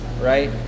right